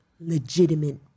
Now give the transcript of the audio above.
legitimate